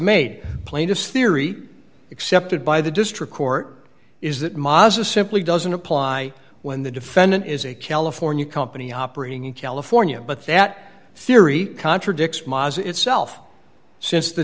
made plaintiffs theory accepted by the district court is that maza simply doesn't apply when the defendant is a california company operating in california but that theory contradicts itself since the